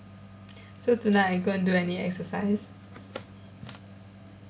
so tonight are you gonna do any exercise